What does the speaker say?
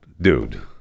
dude